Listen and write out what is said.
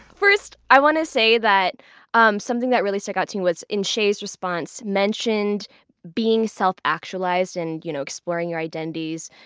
first i want to say that um something that really stuck out to me was in shay's response mentioned being self-actualized and you know exploring your identities.